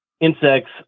insects